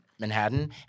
Manhattan